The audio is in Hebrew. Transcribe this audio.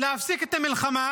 להפסיק את המלחמה